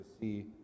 see